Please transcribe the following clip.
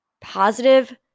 Positive